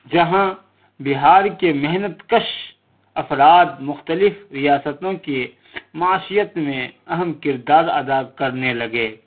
جہاں بہار کے محنت کش افراد مختلف ریاستوں کے معشیت میں اہم کردار ادا کرنے لگے